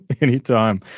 Anytime